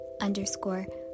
underscore